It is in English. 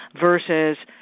versus –